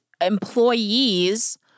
employees